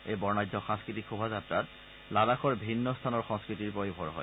এই বৰ্ণাঢ্য সাংস্কৃতিক শোভাযাত্ৰাত লাডাখৰ ভিন্ন স্থানৰ সংস্কৃতিৰ পয়োভৰ হয়